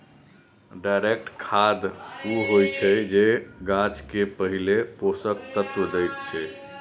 direct खाद उ होइ छै जे गाछ केँ पहिल पोषक तत्व दैत छै